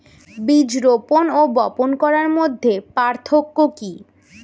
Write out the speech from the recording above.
বীজ রোপন ও বপন করার মধ্যে পার্থক্য কি?